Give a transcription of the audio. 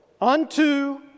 Unto